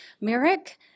Merrick